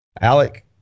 Alec